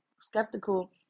skeptical